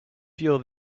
fuel